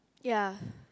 ya